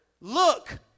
look